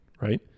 right